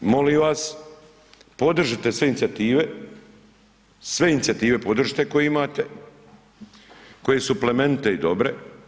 Molim vas podržite sve inicijative, sve inicijative podržite koje imate, koje su plemenite i dobre.